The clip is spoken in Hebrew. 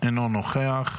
אינו נוכח,